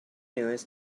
news